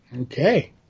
Okay